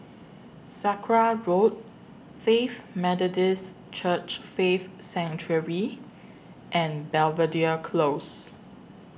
Sakra Road Faith Methodist Church Faith Sanctuary and Belvedere Close